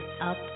up